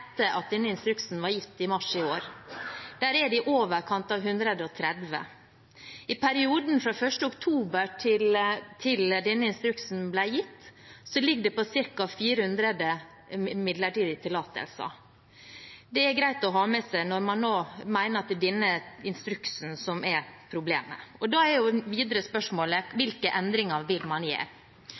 at denne instruksen ble gitt i mars i år. Der er det i overkant av 130. I perioden fra 1. oktober til denne instruksen ble gitt, ligger det på ca. 400 midlertidige tillatelser. Det er greit å ha med seg når man nå mener at det er denne instruksen som er problemet. Det videre spørsmålet er da: Hvilke endringer vil man